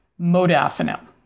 modafinil